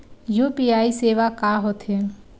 UPI सेवा का होथे?